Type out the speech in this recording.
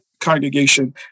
congregation